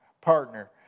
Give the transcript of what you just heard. partner